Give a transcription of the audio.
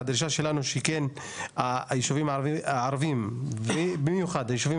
הדרישה שלנו שכן היישובים הערבים ובמיוחד היישובים